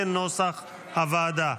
כנוסח הוועדה.